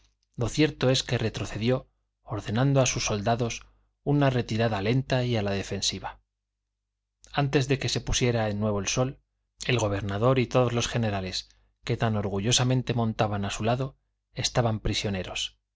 lo cierto es que retrocedió ordenando a sus soldados una retirada lenta y a la defensiva antes de que se pusiera el nuevo sol el gobernador y todos los generales que tan orgullosamente montaban a su lado estaban prisioneros